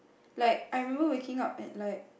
like I remember waking up at like